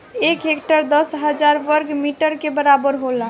एक हेक्टेयर दस हजार वर्ग मीटर के बराबर होला